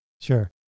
Sure